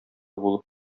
булып